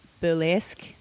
Burlesque